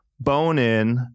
bone-in